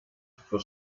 for